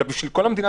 אלא בשביל כל המדינה,